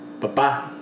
Bye-bye